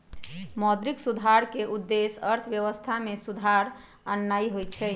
मौद्रिक सुधार के उद्देश्य अर्थव्यवस्था में सुधार आनन्नाइ होइ छइ